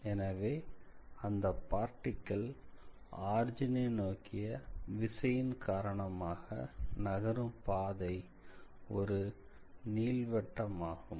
எனவே அந்த particle origin ஐ நோக்கிய விசையின் காரணமாக நகரும் பாதை ஒரு நீள்வட்டம் ஆகும்